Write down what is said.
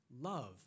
love